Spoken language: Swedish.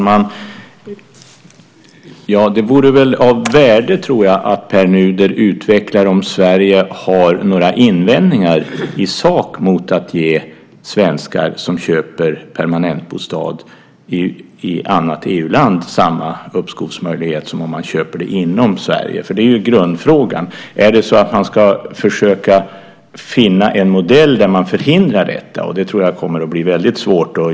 Herr talman! Det vore av värde att Pär Nuder utvecklar om Sverige har några invändningar i sak mot att ge svenskar som köper permanentbostad i annat EU-land samma uppskovsmöjlighet som när man köper inom Sverige. Det är grundfrågan. Ska det skapas en modell som hindrar detta? Det kommer att bli svårt.